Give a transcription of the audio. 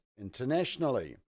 internationally